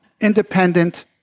independent